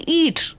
eat